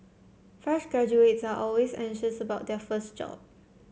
fresh graduates are always anxious about their first job